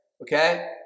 Okay